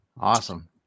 Awesome